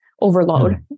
overload